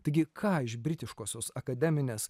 taigi ką iš britiškosios akademinės